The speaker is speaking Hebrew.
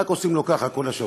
רק עושים לו ככה כל השבוע.